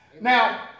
Now